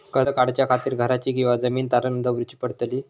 कर्ज काढच्या खातीर घराची किंवा जमीन तारण दवरूची पडतली?